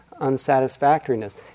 unsatisfactoriness